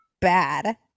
Bad